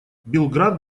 белград